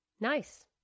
Nice